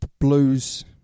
blues